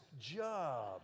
job